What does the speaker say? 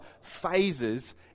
phases